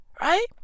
Right